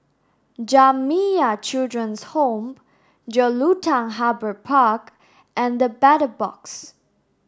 Jamiyah Children's Home Jelutung Harbour Park and The Battle Box